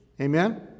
Amen